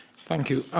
thank you.